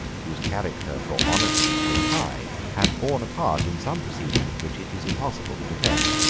whose character for honesty stood high, had borne a part in some proceedings which it is impossible to defend.